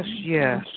yes